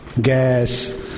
gas